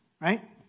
Right